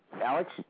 Alex